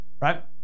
right